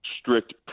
strict